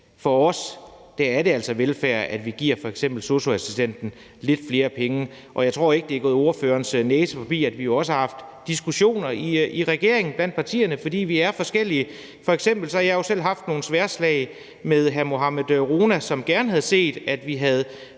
for os er det altså velfærd, at vi giver f.eks. sosu-assistenten lidt flere penge, og jeg tror ikke, det er gået ordførerens næse forbi, at vi jo også har haft diskussioner blandt partierne i regeringen, fordi vi er forskellige. F.eks. har jeg selv haft nogle sværdslag med hr. Mohammad Rona, som gerne havde set, at vi havde